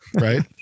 right